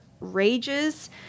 Rages